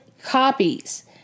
copies